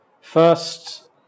first